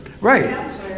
Right